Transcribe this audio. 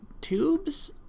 tubes